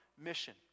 mission